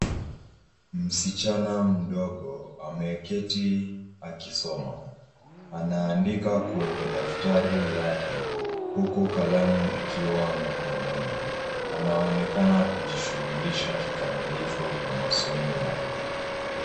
Msichana mdogo ameketi akisoma, anaandika kwenye daftari lake huku kalamu ikiwa mkononi, anaonekana kujishugulisha kikamilifu na masomo yake.